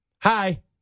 Hi